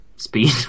speed